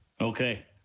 okay